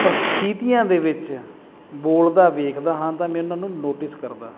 ਪ੍ਰਸਥਿਤੀਆਂ ਦੇ ਵਿੱਚ ਬੋਲਦਾ ਵੇਖਦਾ ਹਾਂ ਤਾਂ ਮੈਂ ਉਹਨਾਂ ਨੂੰ ਨੋਟਿਸ ਕਰਦਾ ਹਾਂ